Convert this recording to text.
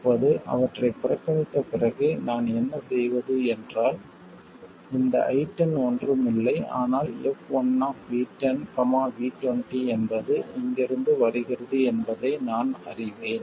இப்போது அவற்றைப் புறக்கணித்த பிறகு நான் என்ன செய்வது என்றால் இந்த I10 ஒன்றும் இல்லை ஆனால் f1V10 V20 என்பது இங்கிருந்து வருகிறது என்பதை நான் அறிவேன்